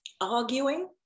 arguing